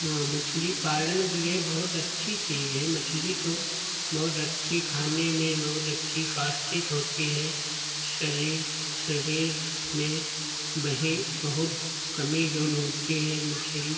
हाँ मछली पालन के लिए बहुत अच्छी चीज़ है मछली तो बहुत अच्छी खाने में बहुत अच्छी स्वादिष्ट होती है शरीर शरीर में बही बहुत कमी जो होती है मछली